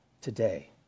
today